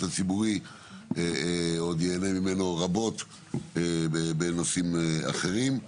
הציבורי עוד ייהנה ממנו רבות בנושאים אחרים.